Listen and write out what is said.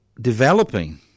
developing